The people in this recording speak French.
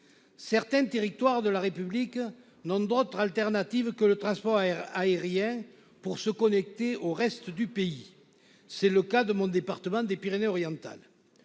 certains territoires de la République n'ont d'autre alternative que le transport aérien pour être connectés au reste du pays ; c'est le cas de mon département, les Pyrénées-Orientales.